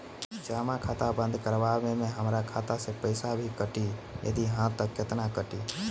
जमा खाता बंद करवावे मे हमरा खाता से पईसा भी कटी यदि हा त केतना कटी?